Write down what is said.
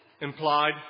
implied